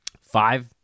five